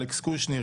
אלכס קושניר,